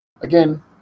Again